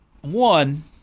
one